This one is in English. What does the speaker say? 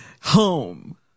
home